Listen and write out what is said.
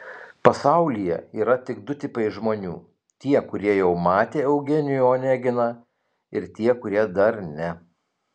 pasaulyje yra tik du tipai žmonių tie kurie jau matė eugenijų oneginą ir tie kurie dar ne